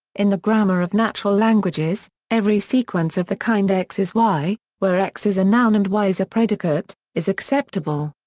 in the grammar of natural languages, every sequence of the kind x is y, where x is a noun and y is a predicate, is acceptable.